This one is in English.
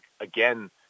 Again